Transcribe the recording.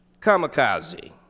Kamikaze